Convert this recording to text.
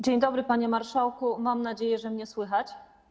Dzień dobry, panie marszałku, mam nadzieję, że mnie słychać.